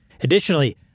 Additionally